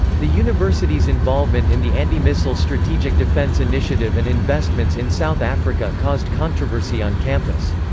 the university's involvement in the anti-missile strategic defense initiative and investments in south africa caused controversy on campus.